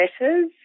letters